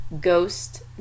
ghost